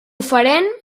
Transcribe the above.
farem